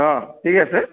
অঁ ঠিক আছে